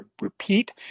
repeat